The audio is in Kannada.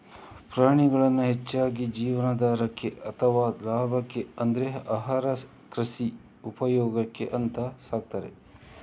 ಪ್ರಾಣಿಗಳನ್ನ ಹೆಚ್ಚಾಗಿ ಜೀವನಾಧಾರಕ್ಕೆ ಅಥವಾ ಲಾಭಕ್ಕೆ ಅಂದ್ರೆ ಆಹಾರ, ಕೃಷಿ ಉಪಯೋಗಕ್ಕೆ ಅಂತ ಸಾಕ್ತಾರೆ